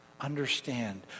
understand